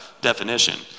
definition